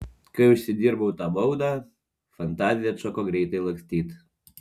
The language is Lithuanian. kai užsidirbau tą baudą fantazija atšoko greitai lakstyt